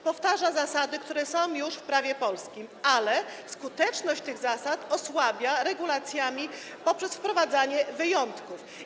Powtarza zasady, które są już w prawie polskim, ale skuteczność tych zasad osłabia regulacjami poprzez wprowadzanie wyjątków.